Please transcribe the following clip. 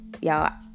y'all